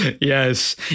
Yes